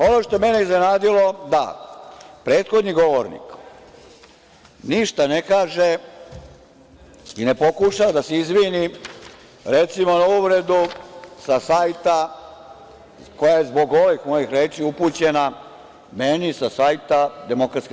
Ono što je mene iznenadilo, da prethodni govornik ništa ne kaže i ne pokuša da se izvini, recimo, na uvredu sa sajta, koja je zbog ovih mojih reči upućena meni, DS.